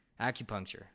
acupuncture